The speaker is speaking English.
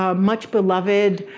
ah much beloved,